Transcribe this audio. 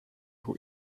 who